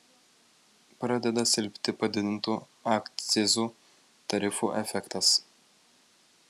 pradeda silpti padidintų akcizų tarifų efektas